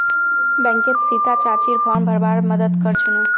बैंकत सीता चाचीर फॉर्म भरवार मदद कर छिनु